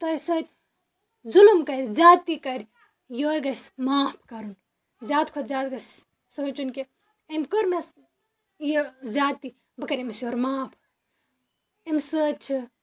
تۄہہِ سۭتۍ ظُلُم کَرِ زیادتی کَرِ یورٕ گژھِ معاف کَرُن زیادٕ کھۄتہٕ زیادٕ گژھِ سونچُن کہِ أمۍ کٔر مےٚ سۭتۍ یہِ زیادتی بہٕ کَرٕ أمِس یورٕ معاف أمۍ سۭتۍ چھِ